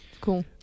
cool